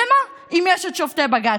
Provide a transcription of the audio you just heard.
למה, אם יש את שופטי בג"ץ?